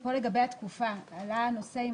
פה לגבי תקופה עלה הנושא,